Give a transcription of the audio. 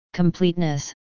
completeness